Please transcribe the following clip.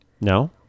No